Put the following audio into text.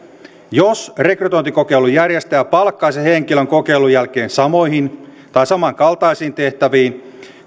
jos rekrytointikokeilun järjestäjä palkkaisi henkilön kokeilun jälkeen samoihin tai samankaltaisiin tehtäviin